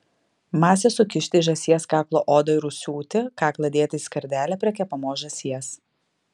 masę sukišti į žąsies kaklo odą ir užsiūti kaklą dėti į skardelę prie kepamos žąsies